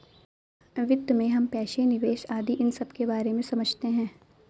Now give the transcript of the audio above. वित्त में हम पैसे, निवेश आदि इन सबके बारे में समझते हैं